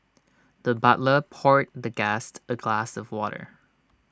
the butler poured the guest A glass of water